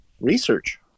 Research